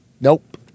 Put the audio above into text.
Nope